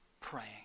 praying